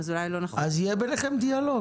אז אולי לא נכון --- אז יהיה ביניכם דיאלוג,